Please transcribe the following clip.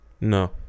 No